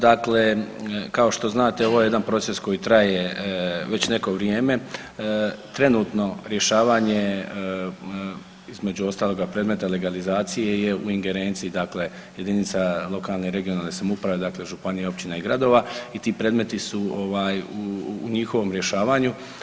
Dakle, kao što znate ovo je jedan proces koji traje već neko vrijeme, trenutno rješavanje između ostaloga predmeta legalizacije je u ingerenciji jedinica lokalne i regionalne samouprave dakle županija, općina i gradova i ti predmeti su u njihovom rješavanju.